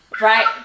right